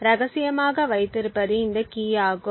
இரகசியமாக வைத்திருப்பது இந்த கீயாகும்